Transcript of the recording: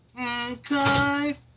Okay